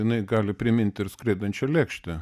jinai gali priminti ir skraidančią lėkštę